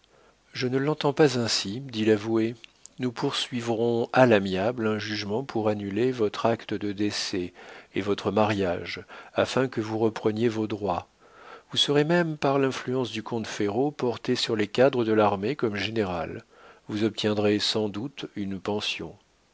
je ne l'entends pas ainsi dit l'avoué nous poursuivrons à l'amiable un jugement pour annuler votre acte de décès et votre mariage afin que vous repreniez vos droits vous serez même par l'influence du comte ferraud porté sur les cadres de l'armée comme général et vous obtiendrez sans doute une pension